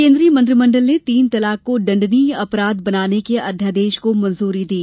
केंद्रीय मंत्रीमंडल ने तीन तलाक को दण्डनीय अपराध बनाने के अध्यादेश को मंजूरी दी